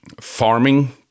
farming